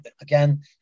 again